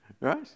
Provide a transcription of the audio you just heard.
Right